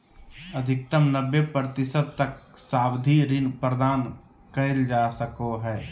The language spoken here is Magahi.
अधिकतम नब्बे प्रतिशत तक सावधि ऋण प्रदान कइल जा सको हइ